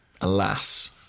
Alas